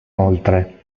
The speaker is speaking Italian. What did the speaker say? oltre